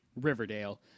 riverdale